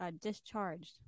discharged